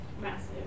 massive